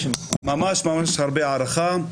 ממש ממש הרבה הערכה.